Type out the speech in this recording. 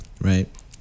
right